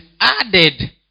added